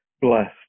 blessed